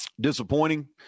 disappointing